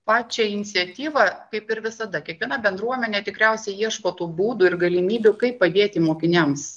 pačią iniciatyvą kaip ir visada kiekviena bendruomenė tikriausiai ieško tų būdų ir galimybių kaip padėti mokiniams